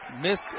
Missed